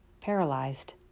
paralyzed